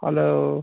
hello